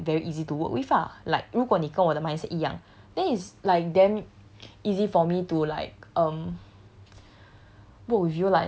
所以这样我觉得 like very easy to work with lah like 如果你跟我的 mindset 一样 then is like damn easy for me to like um